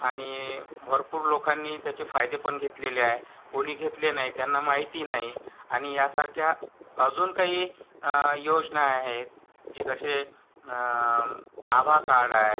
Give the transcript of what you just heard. आणि भरपूर लोकांनी त्याचे फायदे पण घेतलेले आहे कोणी घेतले नाही त्यांना माहिती नाही आणि यासारख्या अजून काही योजना आहेत की जसे आभा कार्ड आहे